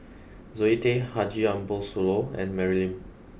Zoe Tay Haji Ambo Sooloh and Mary Lim